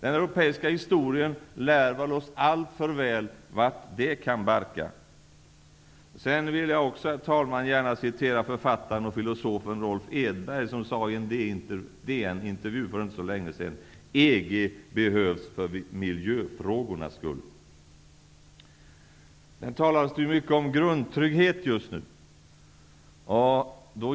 Europas historia har lärt oss alltför väl vart det kan barka. Sedan vill jag gärna citera författaren och filosofen Rolf Edberg, som för inte så länge sedan sade i en DN-intervju: ''EG behövs för miljöfrågornas skull.'' Det talas mycket om grundtrygghet just nu.